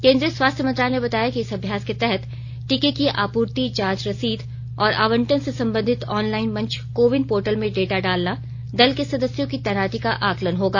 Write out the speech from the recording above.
केंद्रीय स्वास्थ्य मंत्रालय ने बताया कि इस अभ्यास के तहत टीके की आपूर्ति जांच रसीद और आवंटन से संबंधित ऑनलाइन मंच कोविन पोर्टल में डाटा डालना दल के सदस्यों की तैनाती का आकलन होगा